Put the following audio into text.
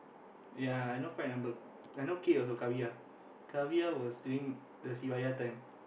ya I know quite a number I know K also Keviar Keviar was doing the time